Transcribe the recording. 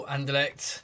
Andelect